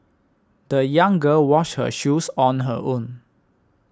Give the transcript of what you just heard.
the young girl washed her shoes on her own